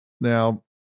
Now